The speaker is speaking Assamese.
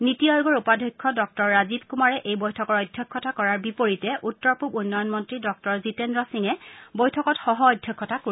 নীতি আয়োগৰ উপাধ্যক্ষ ডঃ ৰাজীৱ কুমাৰে এই বৈঠকৰ অধ্যক্ষতা কৰাৰ বিপৰীতে উত্তৰ পূব উন্নয়ন মন্ত্ৰী ডঃ জিতেন্দ্ৰ সিঙে বৈঠকত সহঃ অধ্যক্ষতা কৰিব